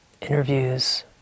interviews